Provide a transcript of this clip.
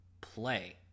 play